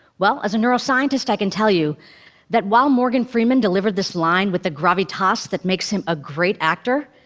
well, as a neuroscientist, i can tell you that while morgan freeman delivered this line with the gravitas that makes him a great actor,